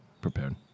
Prepared